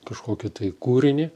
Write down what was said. kažkokį tai kūrinį